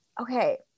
okay